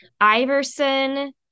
Iverson